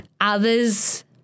others